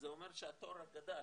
זה אומר שהתור גדל,